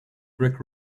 brick